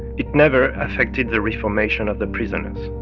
it never affected the reformation of the prisoners.